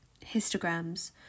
Histograms